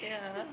yeah